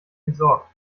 entsorgt